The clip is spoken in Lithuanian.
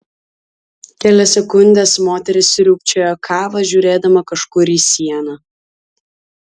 kelias sekundes moteris sriūbčiojo kavą žiūrėdama kažkur į sieną